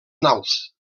naus